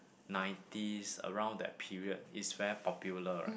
nineties around that period it's very popular right